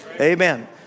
Amen